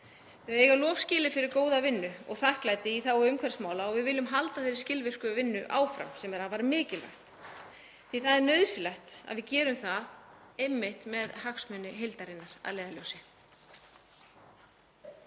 Þau eiga lof skilið fyrir góða vinnu og þakklæti í þágu umhverfismála og við viljum halda þeirri skilvirku vinnu áfram, sem er afar mikilvægt, því það er nauðsynlegt að við gerum það einmitt með hagsmuni heildarinnar að leiðarljósi.